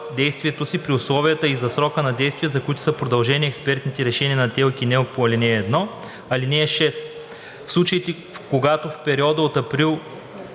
действието си при условията и за срока на действие, за който са продължени експертните решения на ТЕЛК и НЕЛК по ал. 1. (6) В случаите, когато в периода от 1 април